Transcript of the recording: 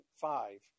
five